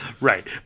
Right